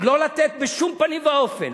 לא לתת בשום פנים ואופן,